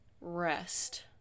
rest